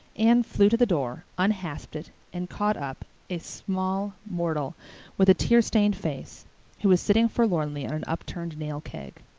anne flew to the door, unhasped it, and caught up a small mortal with a tearstained face who was sitting forlornly on an upturned nail keg.